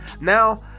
Now